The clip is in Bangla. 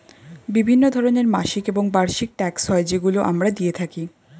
বিভিন্ন ধরনের মাসিক এবং বার্ষিক ট্যাক্স হয় যেগুলো আমরা দিয়ে থাকি